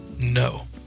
No